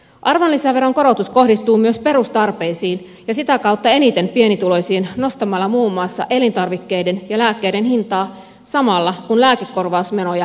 arvonlisäveron korotus kohdistuu myös perustarpeisiin ja sitä kautta eniten pienituloisiin nostamalla muun muassa elintarvikkeiden ja lääkkeiden hintaa samalla kun lääkekorvausmenoja vähennetään